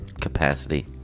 capacity